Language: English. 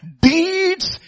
Deeds